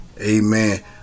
Amen